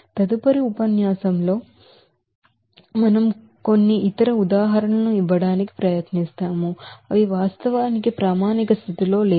తదుపరి ఉపన్యాసంలో మనం కొన్ని ఇతర ఉదాహరణలను ఇవ్వడానికి ప్రయత్నిస్తాము అవి వాస్తవానికి స్టాండర్డ్ కండిషన్ లో లేవు